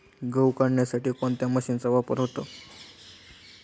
गहू काढण्यासाठी कोणत्या मशीनचा वापर होतो?